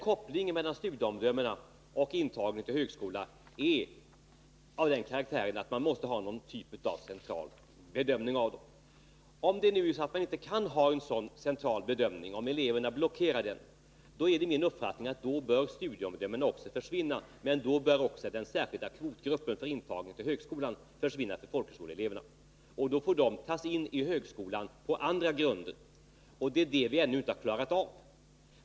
Kopplingen mellan studieomdömena och intagningen till högskolan är av den karaktären att man måste ha någon typ av central bedömning. Om man inte kan ha en sådan central bedömning — om eleverna blockerar den — är det min uppfattning att studieomdömena bör försvinna. Men då bör också den särskilda kvoten för folkhögskoleelever vid intagning till högskolan försvinna, och då får de tas in i högskolan på andra grunder. Men den saken har vi ännu inte klarat av.